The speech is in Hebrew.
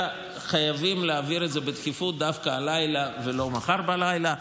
אלא חייבים להעביר את זה בדחיפות דווקא הלילה ולא מחר בלילה,